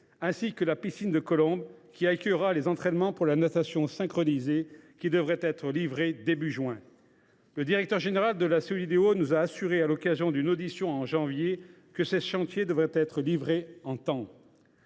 ainsi que la piscine de Colombes, qui accueillera les entraînements pour la natation synchronisée et devrait être livrée au début du mois de juin. Le directeur général de la Solideo nous a assurés, lors de son audition en janvier dernier, que ces chantiers devraient être livrés à temps.